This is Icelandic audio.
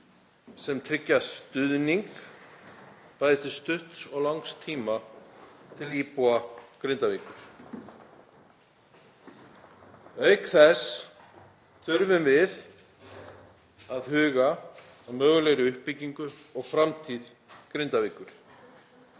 sem tryggja stuðning, bæði til stutts og langs tíma, til íbúa Grindavíkur. Auk þess þurfum við að huga að mögulegri uppbyggingu og framtíð Grindavíkur.